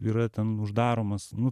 yra ten uždaromas nu